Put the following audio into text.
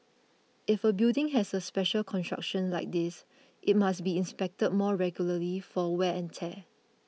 if a building has a special construction like this it must be inspected more regularly for wear and tear